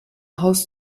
haus